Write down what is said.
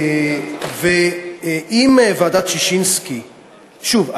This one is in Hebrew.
שוב,